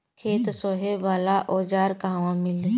खेत सोहे वाला औज़ार कहवा मिली?